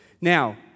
Now